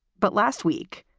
but last week,